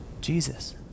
Jesus